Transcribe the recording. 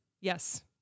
Yes